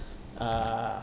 err